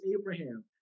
Abraham